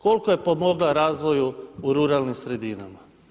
Koliko je pomogla razvoju u ruralnim sredinama.